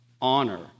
honor